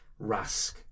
Rask